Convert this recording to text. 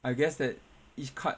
I guess that each cut